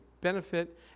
benefit